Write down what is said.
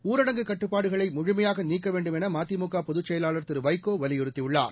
ஊரடங்கு கட்டுப்பாடுகளை முழுமையாக நீக்க வேண்டும் என மதிமுக பொதுச் செயலாளர் திரு வைகோ வலியுறுத்தியுள்ளார்